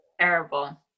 terrible